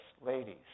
Ladies